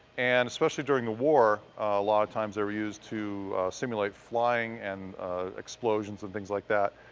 and especially during the war, a lot of times they were used to simulate flying and explosions and things like that.